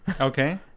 okay